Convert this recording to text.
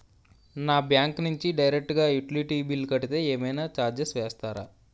నా బ్యాంక్ నుంచి డైరెక్ట్ గా యుటిలిటీ బిల్ కడితే ఏమైనా చార్జెస్ వేస్తారా?